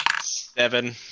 Seven